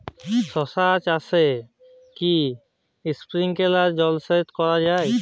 শশা চাষে কি স্প্রিঙ্কলার জলসেচ করা যায়?